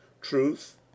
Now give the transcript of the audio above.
Truth